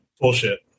Bullshit